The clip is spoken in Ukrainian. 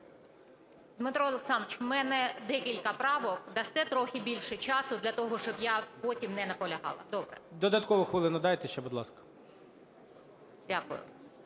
Дмитро Олександрович, в мене декілька правок. Дасте трохи більше часу для того, щоб я потім не наполягала? Добре? ГОЛОВУЮЧИЙ. Додаткову хвилину дайте ще, будь ласка.